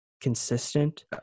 consistent